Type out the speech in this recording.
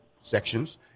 sections